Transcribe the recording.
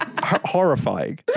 horrifying